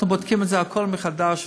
אנחנו בודקים את הכול מחדש,